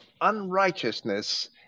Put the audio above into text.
unrighteousness